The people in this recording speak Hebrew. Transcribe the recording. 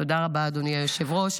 תודה רבה, אדוני היושב-ראש.